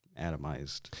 atomized